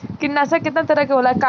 कीटनाशक केतना तरह के होला?